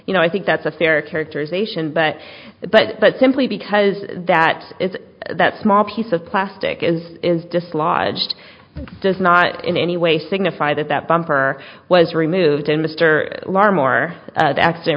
you know i think that's a fair characterization but but but simply because that is that small piece of plastic is is dislodged does not in any way signify that that bumper was removed in mr larimore